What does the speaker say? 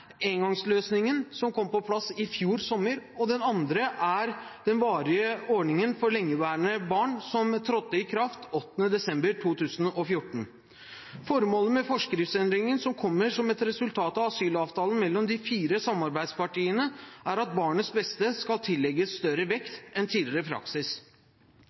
engangsløsningen, som kom på plass i fjor sommer, og den varige ordningen for lengeværende barn, som trådte i kraft 8. desember 2014. Formålet med forskriftsendringen, som kommer som et resultat av asylavtalen mellom de fire samarbeidspartiene, er at barnets beste skal tillegges større vekt enn tidligere praksis.